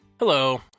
Hello